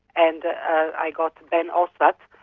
and i got ben osvath,